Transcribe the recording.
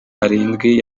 arindwi